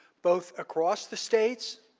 both across the states,